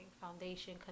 Foundation